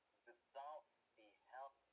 result the heath